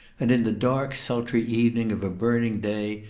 and in the dark sultry evening of a burning day,